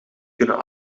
kunnen